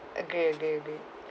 agree agree agree